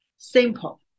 Simple